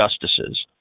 justices